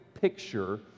picture